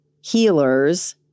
healers